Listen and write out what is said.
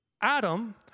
Adam